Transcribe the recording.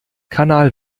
kanal